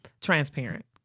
transparent